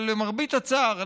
אבל למרבה הצער,